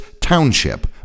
Township